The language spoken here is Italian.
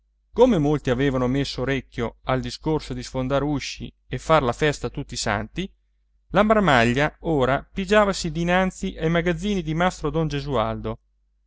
come molti avevano messo orecchio al discorso di sfondar usci e far la festa a tutti i santi la marmaglia ora pigiavasi dinanzi ai magazzini di mastro don gesualdo